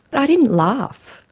i didn't laugh.